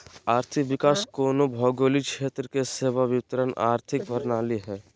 आर्थिक विकास कोनो भौगोलिक क्षेत्र के सेवा वितरण आर्थिक प्रणाली हइ